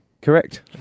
Correct